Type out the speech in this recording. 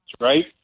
right